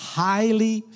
highly